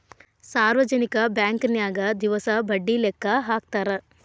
ಸಾರ್ವಜನಿಕ ಬಾಂಕನ್ಯಾಗ ದಿವಸ ಬಡ್ಡಿ ಲೆಕ್ಕಾ ಹಾಕ್ತಾರಾ